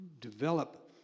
develop